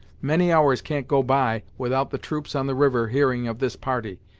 many hours can't go by without the troops on the river hearing of this party,